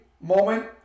moment